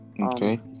Okay